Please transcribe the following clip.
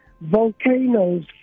volcanoes